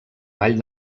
vall